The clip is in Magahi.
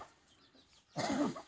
ऑनलाइन खरीदारी करले की की फायदा छे?